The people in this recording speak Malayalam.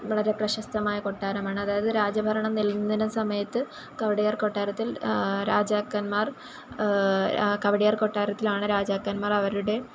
വളരെ പ്രശസ്തമായ കൊട്ടാരമാണ് അതായത് രാജ ഭരണം നിലനിന്നിരുന്ന സമയത്ത് കവടയാർ കൊട്ടാരത്തിൽ രാജാക്കന്മാർ കവടയാർ കൊട്ടാരത്തിലാണ് രാജാക്കന്മാർ അവരുടെ